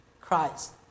Christ